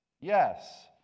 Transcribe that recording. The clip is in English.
Yes